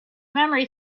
memory